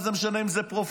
מה זה משנה אם זה פרופסור